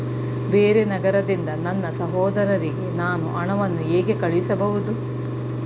ಬೇರೆ ನಗರದಿಂದ ನನ್ನ ಸಹೋದರಿಗೆ ನಾನು ಹಣವನ್ನು ಹೇಗೆ ಕಳುಹಿಸಬಹುದು?